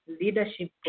leadership